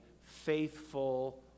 faithful